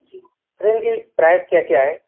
जी फिर इनकी की प्राइस क्या क्या है